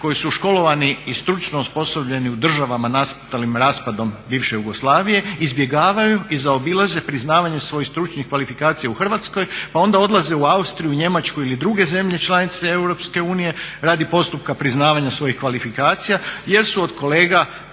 koji su školovani i stručno osposobljeni u državama nastalim raspadom bivše Jugoslavije, izbjegavaju i zaobilaze priznavanje svojih stručnih kvalifikacija u Hrvatskoj pa onda odlaze u Austriju, Njemačku ili druge zemlje članice Europske unije radi postupka priznavanja svojih kvalifikacija jer su od kolega